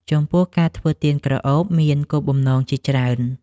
ចំពោះ ការធ្វើទៀនក្រអូបមានគោលបំណងជាច្រើន។